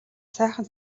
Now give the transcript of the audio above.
сайхан